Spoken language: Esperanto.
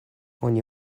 oni